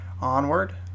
onward